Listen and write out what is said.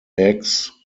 eggs